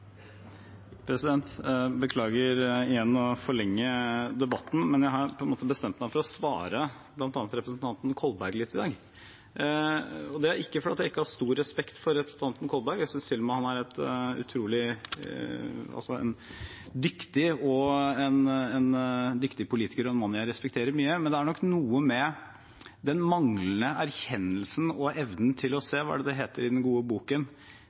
Beklager igjen å forlenge debatten, men jeg har på en måte bestemt meg for å svare bl.a. representanten Kolberg litt i dag. Det er ikke fordi jeg ikke har stor respekt for representanten Kolberg. Jeg synes til og med han er en dyktig politiker og en mann jeg respekterer mye, men det er noe med den manglende erkjennelsen og evnen til å se – hva er det det heter i den gode boken